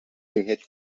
بهت